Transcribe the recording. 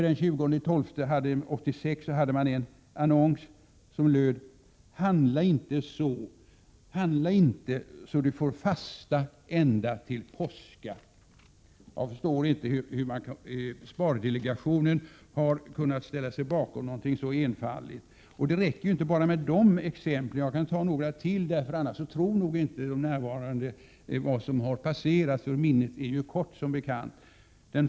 Den 20 december 1986 kunde man läsa följande annons: ”Handla inte så du får fasta ända till påska.” Jag förstår inte hur spardelegationen har kunnat ställa sig bakom något så enfaldigt. Jag kan ta ytterligare några exempel för att de närvarande verkligen skall tro vad som har passerat. Minnet är ju som bekant kort.